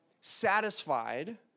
satisfied